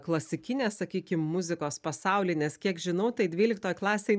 klasikinės sakykim muzikos pasauly nes kiek žinau tai dvyliktoj klasėj